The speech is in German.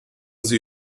sie